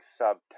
subtext